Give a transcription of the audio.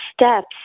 steps